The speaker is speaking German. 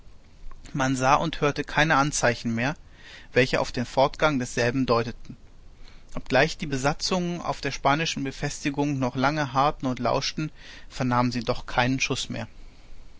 man sah und hörte keine anzeichen mehr welche auf den fortgang desselben deuteten obgleich die besatzungen auf den spanischen befestigungen noch lange harrten und lauschten vernahmen sie doch keinen schuß mehr